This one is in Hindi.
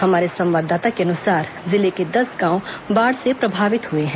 हमारे संवाददाता के अनुसार जिले के दस गांव बाढ़ से प्रभावित हुए हैं